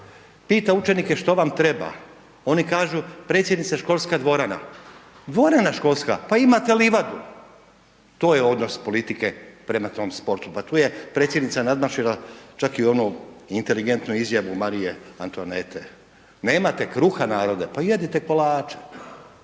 pita učenike što vam treba, oni kažu, predsjednice školska dvorana. Dvorana školska? Pa imate livadu. To je odnos politike prema tom sportu, pa tu je predsjednica nadmašila čak i onu inteligentnu izjavu Marije Antonete. Nemate kruha narode? Pa jedite kolače.